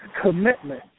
commitment